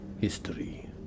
history